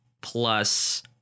plus